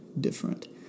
different